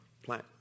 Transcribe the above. plant